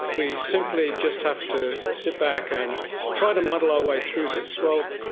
we simply just have to sit back and try to muddle our way through this. well,